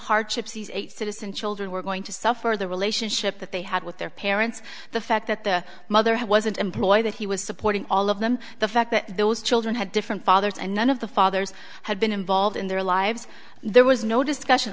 hardships these eight citizen children were going to suffer or the relationship that they had with their parents the fact that the mother had wasn't employed that he was supporting all of them the fact that those children had different fathers and none of the fathers had been involved in their lives there was no discussion